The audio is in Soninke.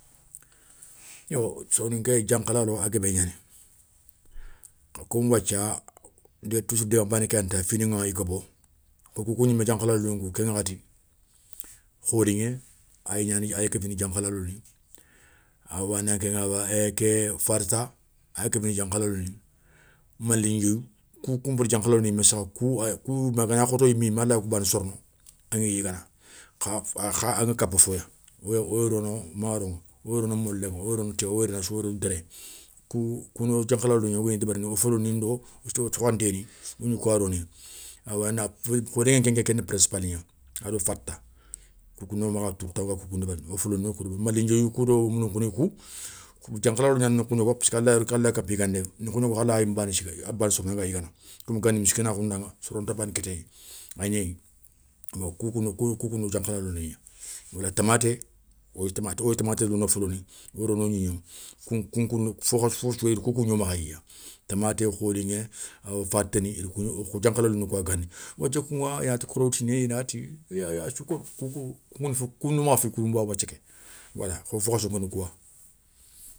Yo soninké diankhalalou a guébé gnani comme wathia, toujours digan bané ké yani ta finiŋa i gobo, wo koukou gnima diankhalaloun kou ké ŋakhati, kholiŋé, ay gnana ay kéfini diankhalalou awa farta a ya kéfini diankhalalou ni, malin ndiéyou kou nkou peti diankhalalou yimé kou ma ganagna khotéyé a mlayi bané sorono angui yigana. Kha aŋa kapa foya woy rono, maro, woy rono molé, woy rono tiyé woy rona sou woy rono déré. kou kouno diankhalalou gna wogagni débérini wo folonindo, wo sakhanténi wo gni kouya roni awa na fo néwé nké keni principal gna ado farta koukou no makha touta woga koukou ndébérini, wo foloni wona kou deberini, malin diéyou koudo moulounkhouni kou, diankhalalou gnana nokhou gnogo parcek a layi kapa yigandé nokhouni yogo kha alay har yin bané sou bané sou woutou anga yigana. comme gani miskinakhou ndaŋa soron ta bana kitéyé a gnéyi, bon kou koundou kou koundou diankhalalou gnanan, bon tamaté woy tamaté lone wo foloniŋa, woy rono, wo gnigno, koun kouna fo khasso i da koukou gno makhaya tamaté, kholiŋé farta ni i da kou gni o diankhalalou ni kouyayi gani. wathia kouŋa inati karotini inati, i ya sou koŋo koukou kona makha fo kouroumbo wathia ké kho fo khasso ni kouya.